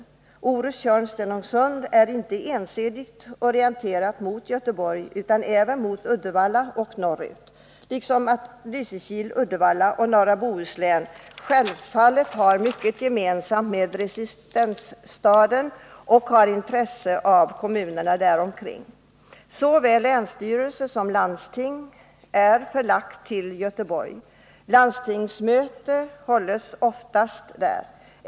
Området Orust-Tjörn-Stenungsund är inte ensidigt orienterat mot Göteborg uian även mot Uddevalla och norrut. Lysekil-Uddevalla och norra Bohusiån har självfallet mycket gemensamt med residensstaden och har intresse av kommunerna däromkring. Såväl länsstyrelse som landsting är förlagda till Göteborg. Landstingsmöte hålls oftast där.